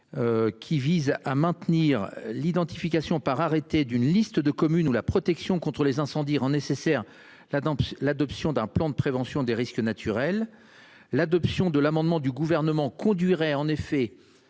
Qui vise à main. Tenir l'identification par arrêté d'une liste de communes où la protection contre les incendies rend nécessaire la dans l'adoption d'un plan de prévention des risques naturels. L'adoption de l'amendement du gouvernement conduirait en effet